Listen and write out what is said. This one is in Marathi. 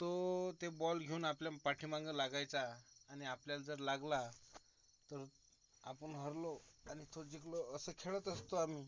तो ते बॉल घेऊन आपल्या पाठीमागं लागायचा आणि आपल्याला जर लागला तर आपण हरलो आणि तो जिंकलो असं खेळत असतो आम्ही